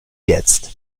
jetzt